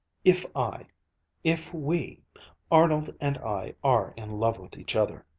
if i if we arnold and i are in love with each other.